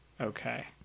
Okay